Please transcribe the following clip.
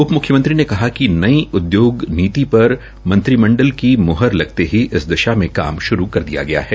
उप मुख्यमंत्री ने कहा कि नई उदयोग नीति पर मंत्रिमंडल की मुहर लगते ही इस दिशा में काम शुरू कर दिया गया है